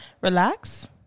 relax